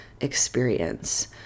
experience